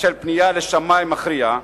פנייה לשמאי מכריע.